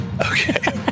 Okay